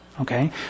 Okay